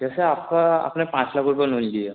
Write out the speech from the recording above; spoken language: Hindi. जैसे आपका आपने पाँच लाख रुपए लोन लिया